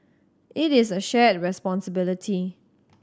it is a shared responsibility